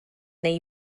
neu